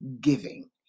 giving